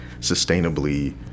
sustainably